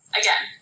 again